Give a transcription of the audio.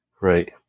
right